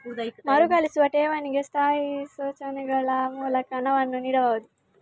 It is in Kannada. ಮರುಕಳಿಸುವ ಠೇವಣಿಗೆ ಸ್ಥಾಯಿ ಸೂಚನೆಗಳ ಮೂಲಕ ಹಣವನ್ನು ನೀಡಬಹುದು